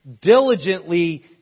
diligently